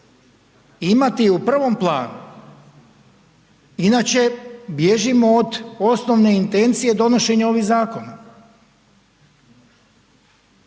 imati ju u prvom planu. Inače bilježimo od osnovne intencije donošenje ovih zakona.